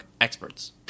experts